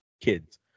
kids